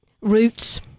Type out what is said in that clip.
roots